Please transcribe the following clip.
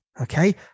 Okay